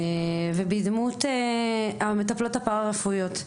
ובדמות המטפלות הפארא-רפואיות.